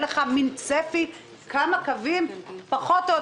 אם פוגעים בסובסידיות